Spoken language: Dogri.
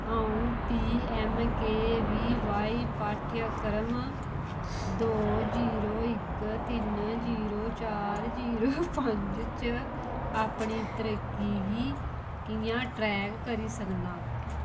अ'ऊं P M K V Y पाठ्यक्रम दो जीरो इक तिन जीरो चार जीरो पंज च अपनी तरक्की गी कि'यां ट्रैक करी सकनां